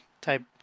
type